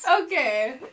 okay